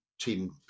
team